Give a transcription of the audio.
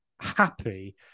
happy